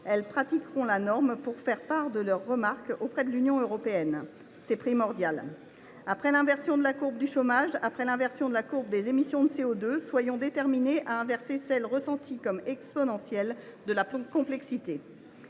Elles « pratiqueront » la norme pour faire part de leurs remarques auprès de l’Union européenne. Cela est fondamental. Après l’inversion de la courbe du chômage, après l’inversion de la courbe des émissions de CO2, soyons déterminés à inverser la courbe, ressentie comme exponentielle, de la complexité.